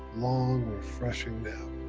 long, refreshing nap.